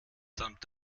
samt